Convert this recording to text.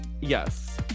yes